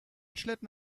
schlitten